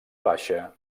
baixa